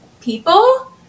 people